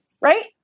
right